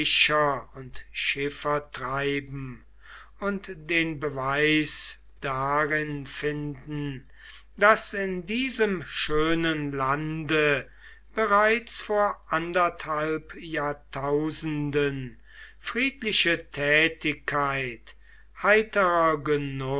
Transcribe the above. und schiffertreiben und den beweis darin finden daß in diesem schönen lande bereits vor anderthalb jahrtausenden friedliche tätigkeit heiterer